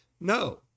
No